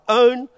own